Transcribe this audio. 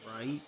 Right